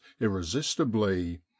irresistibly